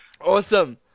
Awesome